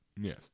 Yes